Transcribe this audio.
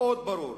מאוד ברור.